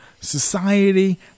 Society